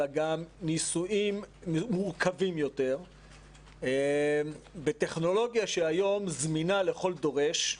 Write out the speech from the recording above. אלא גם ניסויים מורכבים יותר בטכנולוגיה שהיום זמינה לכל דורש.